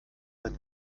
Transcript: sein